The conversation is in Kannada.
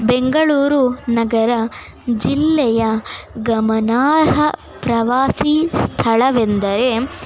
ಬೆಂಗಳೂರು ನಗರ ಜಿಲ್ಲೆಯ ಗಮನಾರ್ಹ ಪ್ರವಾಸಿ ಸ್ಥಳವೆಂದರೆ